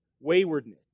waywardness